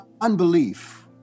unbelief